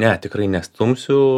ne tikrai nestumsiu